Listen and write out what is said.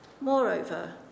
Moreover